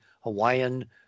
Hawaiian